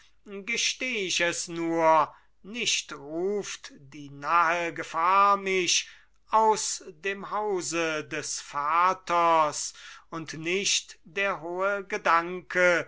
gesteh ich es nur nicht ruft die nahe gefahr mich aus dem hause des vaters und nicht der hohe gedanke